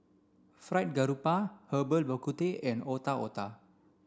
Fried Garoupa Herbal Bak Ku Teh and Otak Otak